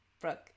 brooke